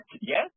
yes